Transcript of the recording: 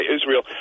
Israel